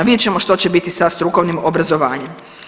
Vidjet ćemo što će biti sa strukovnim obrazovanjem.